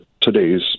today's